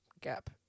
gap